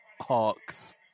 Hawks